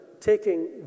taking